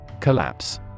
Collapse